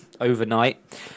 overnight